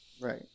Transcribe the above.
Right